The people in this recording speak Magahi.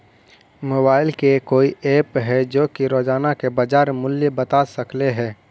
मोबाईल के कोइ एप है जो कि रोजाना के बाजार मुलय बता सकले हे?